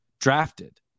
drafted